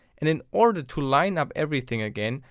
and in order to lign up everything again,